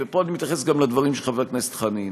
ופה אני מתייחס גם לדברים של חבר הכנסת חנין,